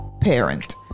parent